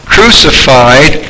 Crucified